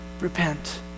repent